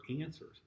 answers